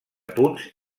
punts